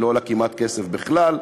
היא לא עולה כסף כמעט בכלל,